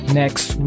next